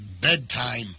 Bedtime